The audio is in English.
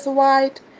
white